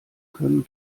können